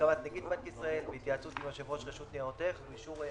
בהסכמת נגיד בנק ישראל ובהתייעצות עם יושב-ראש רשות ניירות ערך.